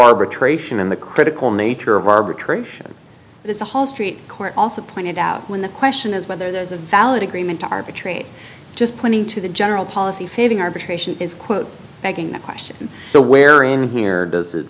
arbitration in the critical nature of arbitration it's a whole street court also pointed out when the question is whether there's a valid agreement to arbitrate just pointing to the general policy failing arbitration is quote begging the question so where in here does it